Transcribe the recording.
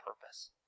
purpose